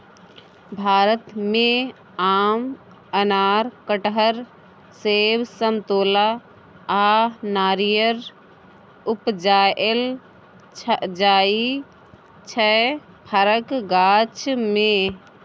भारत मे आम, अनार, कटहर, सेब, समतोला आ नारियर उपजाएल जाइ छै फरक गाछ मे